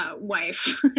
wife